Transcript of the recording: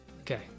Okay